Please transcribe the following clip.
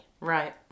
Right